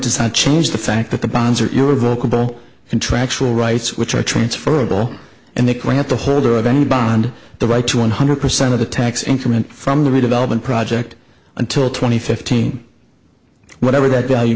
aside change the fact that the bonds are your vocal contractual rights which are transferable and they can have the holder of any bond the right to one hundred percent of the tax income and from the redevelopment project until twenty fifteen whatever that value